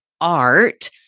art